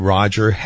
Roger